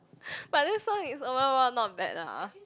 but this song is overall not bad lah